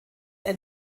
ein